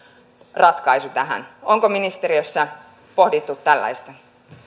ratkaisu tähän onko ministeriössä pohdittu tällaista